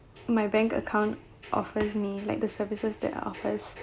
my bank account offers me like the services that are offers